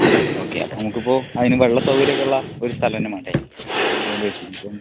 അതെല്ലേ ഓക്കെ അപ്പം നമുക്ക് ഇപ്പോൾ അതിന് വെള്ളം സൗകര്യം ഒക്കെ ഉള്ള ഒര് സ്ഥലം തന്നെ വേണ്ടേ അതുകൊണ്ട് ചോദിച്ചതാ ഇനീപ്പം